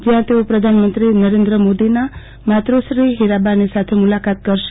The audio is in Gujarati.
ત્યાં તેઓ પ્રધાનમંત્રી શ્રી નરેન્દ્ર મોદીના માતૃશ્રી ફીરાબાની સાથે મુલાકાત કરશે